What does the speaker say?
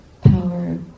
power